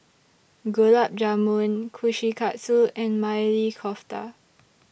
Gulab Jamun Kushikatsu and Maili Kofta